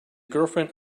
girlfriend